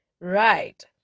Right